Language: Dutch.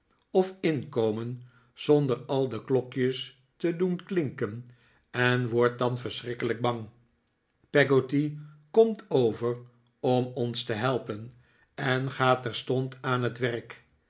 of inkomen zonder al de klokjes te doen klinken en wordt dan verschrikkelijk bang peggotty komt over om ons te helpen en gaat terstond aan het werk